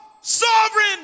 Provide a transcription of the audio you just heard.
sovereign